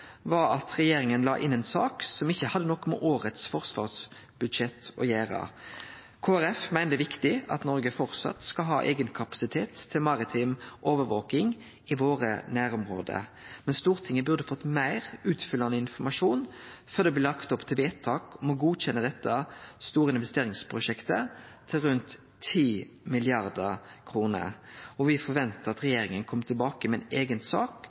var at regjeringa la inn ei sak som ikkje hadde noko med årets forsvarsbudsjett å gjere. Kristeleg Folkeparti meiner det er viktig at Noreg fortsatt skal ha eigen kapasitet til maritim overvaking i våre nærområde. Men Stortinget burde fått meir utfyllande informasjon før det blei lagt opp til vedtak om å godkjenne dette store investeringsprosjektet til rundt 10 mrd. kr. Me forventar at regjeringa kjem tilbake med ei eiga sak